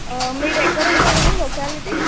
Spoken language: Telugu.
మీరు ఎక్కడుంటారండి లొక్యాలిటీ